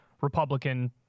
Republican